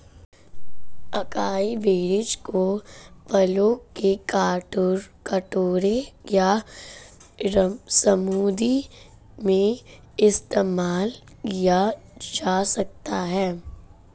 acai berries को फलों के कटोरे या स्मूदी में इस्तेमाल किया जा सकता है